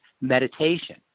meditation